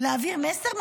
להעביר מסר?